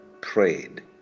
prayed